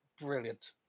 brilliant